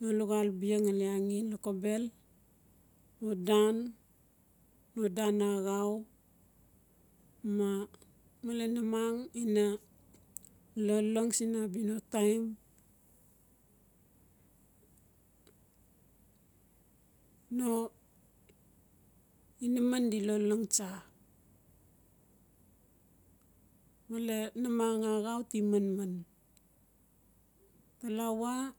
no luxal bia ngali angen lokobel. No dan no dan axau ma malen namang ina lolong siin abia no taim no inaman di lolong tsa male namang axan ti manman talawa